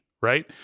Right